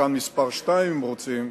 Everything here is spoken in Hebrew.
שחקן מספר שתיים, אם רוצים.